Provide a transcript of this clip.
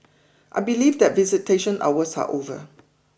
I believe that visitation hours are over